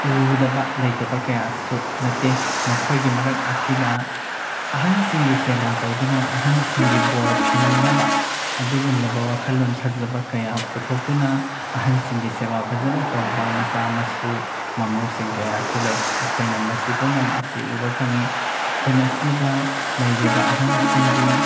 ꯎꯗꯕ ꯂꯩꯇꯕ ꯀꯌꯥꯁꯨ ꯅꯠꯇꯦ ꯃꯈꯣꯏꯒꯤ ꯃꯔꯛ ꯑꯁꯤꯗ ꯑꯍꯟꯁꯤꯡꯒꯤ ꯁꯦꯕꯥ ꯇꯧꯗꯨꯅ ꯑꯍꯟꯁꯤꯡꯒꯤ ꯕꯣꯔ ꯐꯪꯅꯅꯕ ꯑꯗꯨꯒꯨꯝꯂꯕ ꯋꯥꯈꯜꯂꯣꯟ ꯐꯖꯕ ꯀꯌꯥ ꯄꯨꯊꯣꯛꯇꯨꯅ ꯑꯍꯟꯁꯤꯡꯒꯤ ꯁꯦꯕꯥ ꯐꯖꯅ ꯇꯧꯕ ꯃꯆꯥ ꯃꯁꯨ ꯃꯃꯧꯁꯤꯡ ꯀꯌꯥꯁꯨ ꯂꯩ ꯑꯩꯈꯣꯏꯅ ꯃꯁꯤ ꯄꯨꯝꯅꯃꯛ ꯑꯁꯤ ꯎꯕ ꯐꯪꯉꯤ ꯈꯨꯟ ꯑꯁꯤꯗ ꯂꯩꯔꯤꯕ ꯑꯍꯟꯁꯤꯡꯒꯤ